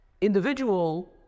individual